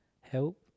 Help